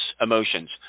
emotions